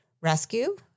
rescue